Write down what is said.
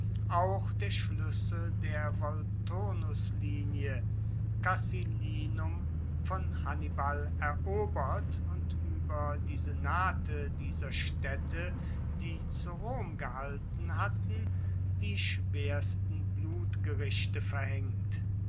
auch der schluessel der volturnuslinie casilinum von hannibal erobert und ueber die senate dieser staedte die zu rom gehalten hatten die schwersten blutgerichte verhaengt